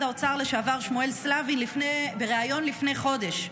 האוצר לשעבר שמואל סלבין בריאיון לפני חודש: